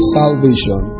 salvation